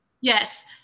Yes